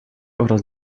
oraz